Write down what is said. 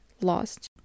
lost